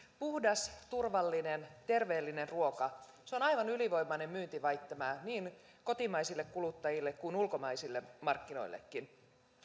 puhdas turvallinen terveellinen ruoka se on aivan ylivoimainen myyntiväittämä niin kotimaisille kuluttajille kuin ulkomaisille markkinoillekin